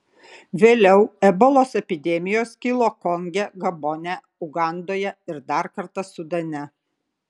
vėliau ebolos epidemijos kilo konge gabone ugandoje ir dar kartą sudane